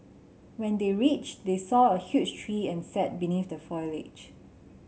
when they reached they saw a huge tree and sat beneath the foliage